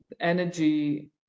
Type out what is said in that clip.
energy